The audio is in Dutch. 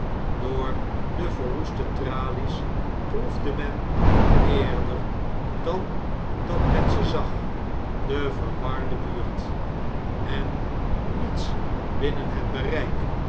door de verroeste tralies proefde men eerder dan dat men ze zag de verwarde buurt hbt wjjnhuis en niets binnen het bereik